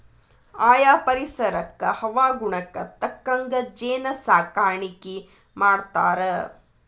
ಆಯಾ ಪರಿಸರಕ್ಕ ಹವಾಗುಣಕ್ಕ ತಕ್ಕಂಗ ಜೇನ ಸಾಕಾಣಿಕಿ ಮಾಡ್ತಾರ